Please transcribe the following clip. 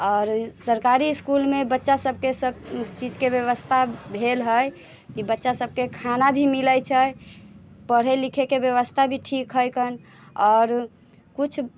आओर सरकारी इस्कुलमे बच्चासभके सभचीजके व्यवस्था भेल हइ कि बच्चासभके खाना भी मिलै छै पढ़य लिखयके व्यवस्था भी ठीक हैकन आओर किछु